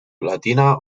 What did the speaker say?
latina